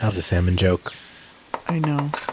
ah salmon joke i know